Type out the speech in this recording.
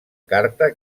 carta